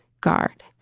guard